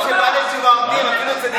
במקום שבעלי תשובה עומדים אפילו,